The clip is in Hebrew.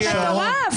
זה מטורף.